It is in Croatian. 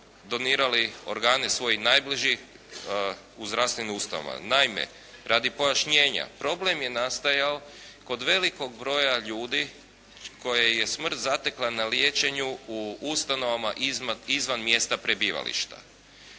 donirali organe svojih najbližih u zdravstvenim ustanovama. Naime, radi pojašnjenja problem je nastajao kod velikog broja ljudi koje je smrt zatekla na liječenju u ustanovama izvan mjesta prebivališta.